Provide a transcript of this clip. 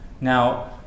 Now